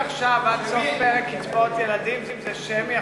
מעכשיו עד סוף פרק קצבאות ילדים זה שמי,